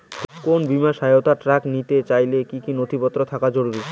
কোন বিমার সহায়তায় ট্রাক্টর নিতে চাইলে কী কী নথিপত্র থাকা জরুরি?